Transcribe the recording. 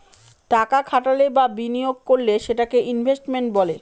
টাকা খাটালে বা বিনিয়োগ করলে সেটাকে ইনভেস্টমেন্ট বলে